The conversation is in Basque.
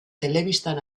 telebistan